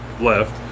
left